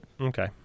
Okay